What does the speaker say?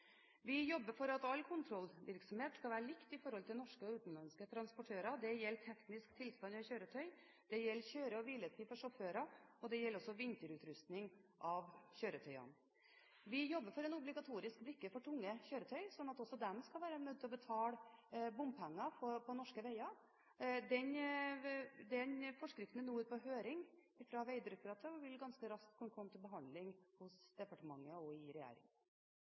Vi jobber for at all kontrollvirksomhet skal være lik for norske og utenlandske transportører. Det gjelder teknisk tilstand på kjøretøy, det gjelder kjøre- og hviletid for sjåfører, og det gjelder også vinterutrustning av kjøretøyene. Vi jobber for en obligatorisk brikke for tunge kjøretøy sånn at også de skal være nødt til å betale bompenger på norske veier. Den forskriften er nå ute på høring fra Vegdirektoratet og vil ganske raskt kunne komme til behandling hos departementet og